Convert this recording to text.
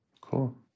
Cool